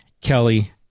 Kelly